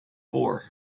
four